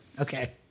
Okay